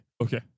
okay